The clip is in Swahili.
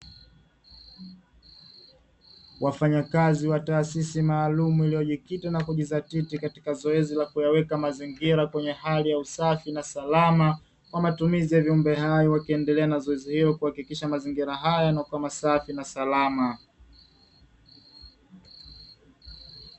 Wafanyakazi wa taasisi maalumu iliyojikita na kujizatiti katika kuyaweka mazingira kwenye hali ya usafi na salama kwa matumizi ya viumbe hai, wakiendelea na zoezi hilo ili kuhakikisha mazingira hayo yanakuwa safi na salama.